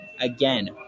again